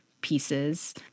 pieces